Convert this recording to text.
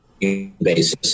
basis